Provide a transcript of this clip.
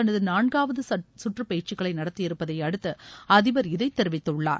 தனது நான்காவது குற்று பேச்சுக்களை நடத்தி இருப்பதை அடுத்து அதிபர் இதை தெரிவித்துள்ளார்